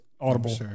audible